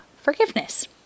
forgiveness